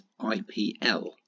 IPL